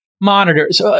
monitors